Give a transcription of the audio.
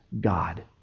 God